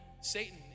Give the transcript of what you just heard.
Satan